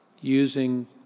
using